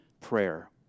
prayer